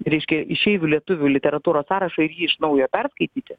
reiškia išeivių lietuvių literatūros sąrašą ir jį iš naujo perskaityti